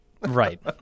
Right